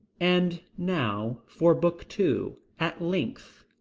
and now for book two, at length.